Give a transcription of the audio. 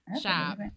Shop